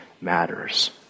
matters